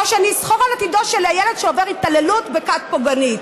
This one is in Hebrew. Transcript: או שאני אסחר על עתידו של הילד שעובר התעללות בכת פוגענית?